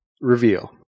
Reveal